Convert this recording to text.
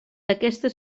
aquesta